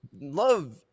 love